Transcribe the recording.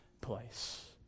place